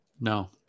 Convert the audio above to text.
No